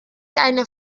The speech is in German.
eine